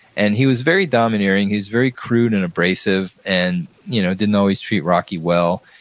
and he was very domineering. he was very crude and abrasive and you know didn't always treat rocky well,